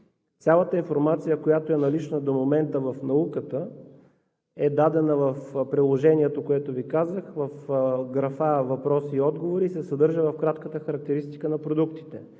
цялата информация, която е налична до момента в науката, е дадена в приложението, което Ви казах – в графа „Въпроси и отговори“, се съдържа в кратката характеристика на продуктите.